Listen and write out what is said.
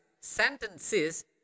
sentences